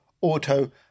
auto